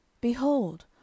Behold